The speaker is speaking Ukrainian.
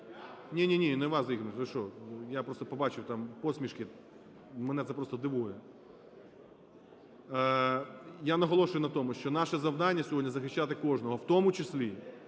Ні-ні, не вас, Ігор Михайлович, ви що? Я просто побачив там посмішки, мене це просто дивує. Я наголошую на тому, що наше завдання сьогодні – захищати кожного, в тому числі